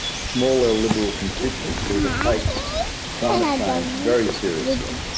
small l liberal constituency that takes climate change very seriously.